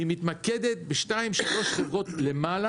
היא מתמקדת בשתיים-שלוש חברות למעלה,